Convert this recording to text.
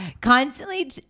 constantly